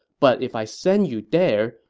but if i send you there,